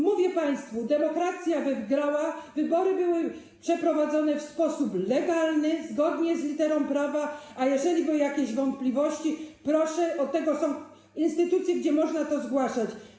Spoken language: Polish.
Mówię państwu, demokracja wygrała, wybory były przeprowadzone w sposób legalny, zgodnie z literą prawa, a jeżeli były jakieś wątpliwości, proszę, od tego są instytucje, gdzie można to zgłaszać.